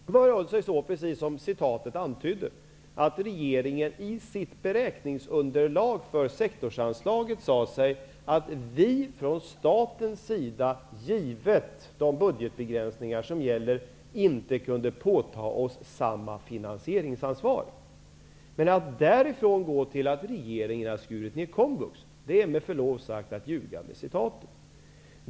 Det förhåller sig så, precis som citatet antydde, att regeringen i sitt beräkningsunderlag för sektorsanslaget sade sig att vi från statens sida, givet de budgetbegränsningar som gäller, inte kunde åta oss samma finansieringsansvar. Men att gå från detta till att säga att regeringen har skurit ned Komvux är med förlov sagt att ljuga med citatet.